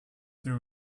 there